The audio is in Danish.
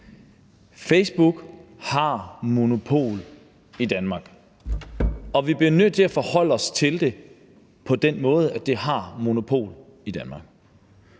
Facebook har monopol i Danmark, og vi bliver nødt til at forholde os til det på den måde: De har monopol i Danmark.